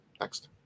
Next